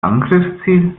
angriffsziel